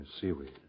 seaweed